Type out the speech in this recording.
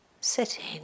sitting